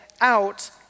out